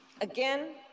again